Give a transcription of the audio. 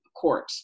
court